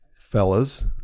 Fellas